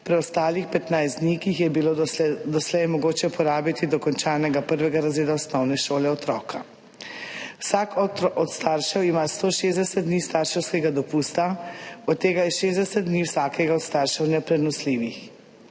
preostane 15 dni, ki jih je bilo doslej mogoče uporabiti do končanega prvega razreda osnovne šole otroka. Vsak od staršev ima 160 dni starševskega dopusta, od tega je 60 dni vsakega od staršev neprenosljivih.